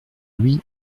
lui